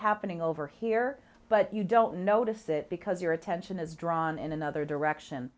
happening over here but you don't notice it because your attention is drawn in another direction